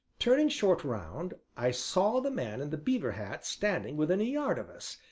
turning short round, i saw the man in the beaver hat standing within a yard of us,